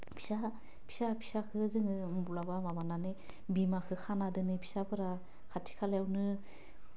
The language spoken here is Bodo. फिसा फिसा फिसाखो जोङो मब्लाबा माबानानै बिमाखो खाना दोनो फिसाफ्रा खाथि खालायावनो